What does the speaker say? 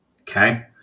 okay